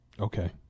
Okay